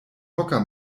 hocker